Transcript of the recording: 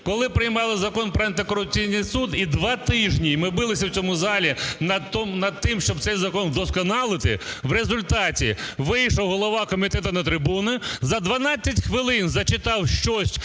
Коли приймали Закон про антикорупційний суд і два тижні ми "билися" в цьому залі над тим, щоб цей закон вдосконалити, в результаті вийшов голова комітету на трибуну, за 12 хвилин зачитав щось,